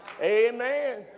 Amen